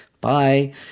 bye